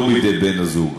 לא בידי בן-הזוג.